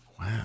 wow